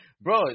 Bro